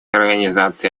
организации